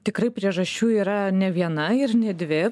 tikrai priežasčių yra ne viena ir ne dvi